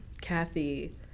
Kathy